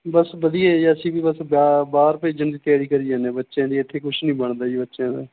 ਬਸ ਵਧੀਆ ਜੀ ਅਸੀਂ ਵੀ ਬਸ ਬਾ ਬਾਹਰ ਭੇਜਣ ਦੀ ਤਿਆਰੀ ਕਰੀ ਜਾਂਦੇ ਬੱਚਿਆਂ ਦੀ ਇੱਥੇ ਕੁਛ ਨਹੀਂ ਬਣਦਾ ਜੀ ਬੱਚਿਆਂ ਦਾ